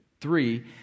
Three